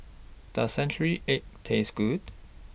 Does Century Egg Taste Good